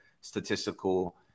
statistical